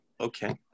okay